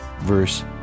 verse